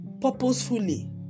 purposefully